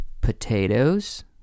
Potatoes